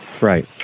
right